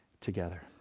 together